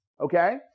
okay